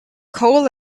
cold